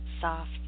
Soft